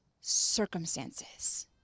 circumstances